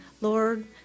Lord